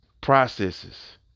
processes